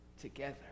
together